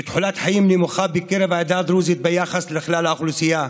ותוחלת חיים נמוכה בקרב העדה הדרוזית ביחס לכלל האוכלוסייה.